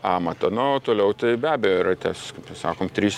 amato na o toliau tai be abejo yra ties sakom trys